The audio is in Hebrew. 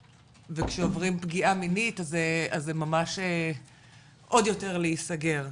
וכשעוברים פגיעה מינית אז זה ממש עוד יותר להיסגר,